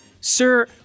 Sir